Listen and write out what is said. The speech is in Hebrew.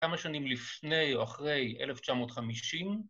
‫כמה שנים לפני או אחרי 1950?